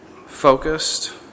focused